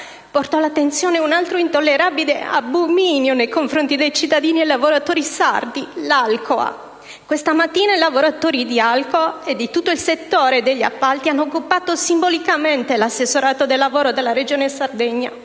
porto all'attenzione un altro intollerabile abominio nei confronti dei cittadini e lavoratori sardi: quello relativo all'Alcoa. Questa mattina i lavoratori di Alcoa e di tutto il settore degli appalti hanno occupato simbolicamente l'assessorato al lavoro della Regione Sardegna.